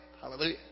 hallelujah